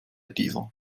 dieser